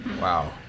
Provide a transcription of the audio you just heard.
Wow